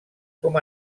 com